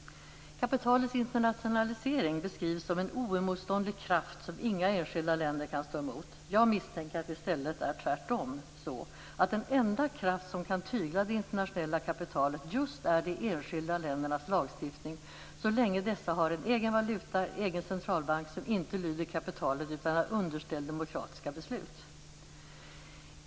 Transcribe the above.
Kapitalets internationalisering beskrivs som en oemotståndlig kraft som inga enskilda länder kan stå emot. Jag misstänker att det i stället är tvärtom, dvs. att den enda kraft som kan tygla det internationella kapitalet just är de enskilda ländernas lagstiftning så länge dessa har en egen valuta och en egen centralbank som inte lyder kapitalet utan är underställd demokratiska beslut.